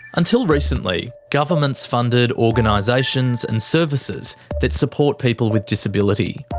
until recently, governments funded organisations and services that support people with disability.